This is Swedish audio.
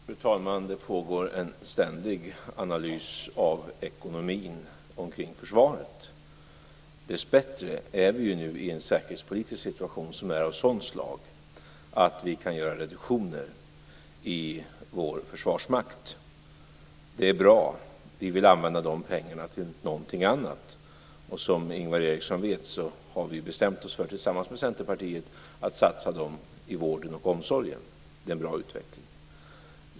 Fru talman! Det pågår en ständig analys av ekonomin omkring försvaret. Dessbättre är vi nu i en säkerhetspolitisk situation som är av sådant slag att vi kan göra reduktioner i vår försvarsmakt. Det är bra - vi vill använda de pengarna till någonting annat. Som Ingvar Eriksson vet har vi tillsammans med Centerpartiet bestämt oss för att satsa dem i vården och omsorgen. Det är en bra utveckling.